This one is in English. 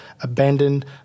abandoned